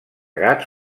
gats